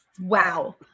Wow